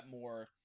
more